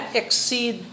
exceed